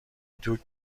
دوگ